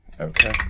Okay